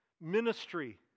ministry